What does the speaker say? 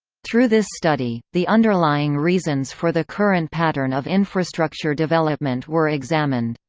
through this study, the underlying reasons for the current pattern of infrastructure development were examined.